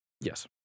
Yes